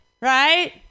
Right